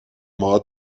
باهات